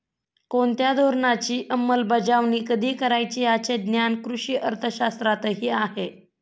कोणत्या धोरणाची अंमलबजावणी कधी करायची याचे ज्ञान कृषी अर्थशास्त्रातही आहे